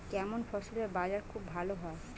কেমন ফসলের বাজার খুব ভালো হয়?